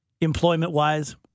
employment-wise